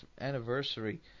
anniversary